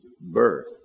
birth